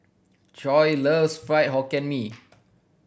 Coy loves Fried Hokkien Mee